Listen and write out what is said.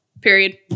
Period